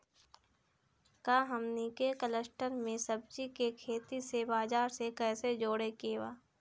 का हमनी के कलस्टर में सब्जी के खेती से बाजार से कैसे जोड़ें के बा?